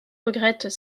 regrettent